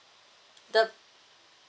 the